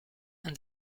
and